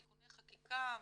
תיקוני חקיקה.